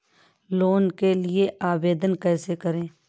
Loan के लिए आवेदन कैसे करें?